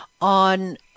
on